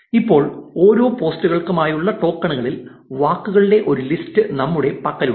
ഇപ്പോൾ ഓരോ പോസ്റ്റുകൾക്കുമുള്ള ടോക്കണുകളിൽ വാക്കുകളുടെ ഒരു ലിസ്റ്റ് നമ്മുടെ പക്കലുണ്ട്